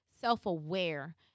self-aware